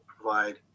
provide